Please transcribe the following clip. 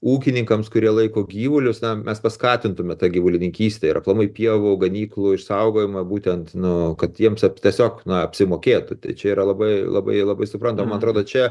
ūkininkams kurie laiko gyvulius tam mes paskatintume tą gyvulininkystę ir aplamai pievų ganyklų išsaugojimą būtent nu kad jiems tiesiog na apsimokėtų tai čia yra labai labai labai supranta man atrodo čia